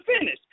finish